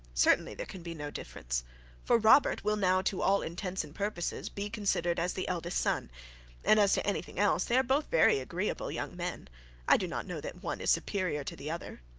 certainly, there can be no difference for robert will now to all intents and purposes be considered as the eldest son and as to any thing else, they are both very agreeable young men i do not know that one is superior to the other.